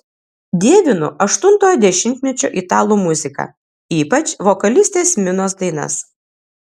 dievinu aštuntojo dešimtmečio italų muziką ypač vokalistės minos dainas